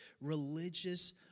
religious